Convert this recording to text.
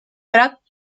pratt